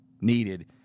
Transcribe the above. needed